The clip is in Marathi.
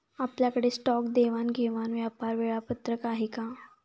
आपल्याकडे स्टॉक देवाणघेवाण व्यापार वेळापत्रक आहे का?